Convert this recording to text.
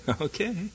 Okay